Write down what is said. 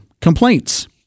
complaints